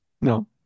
No